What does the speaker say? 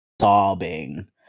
sobbing